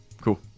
cool